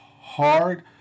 hard